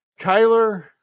Kyler